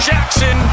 Jackson